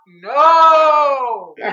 No